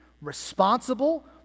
responsible